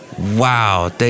Wow